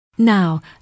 Now